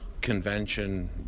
convention